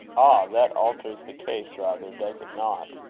that alters the case rather, does it not?